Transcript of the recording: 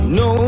no